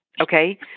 Okay